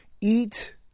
eat